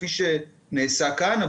כפי שנעשה כאן,